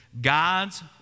God's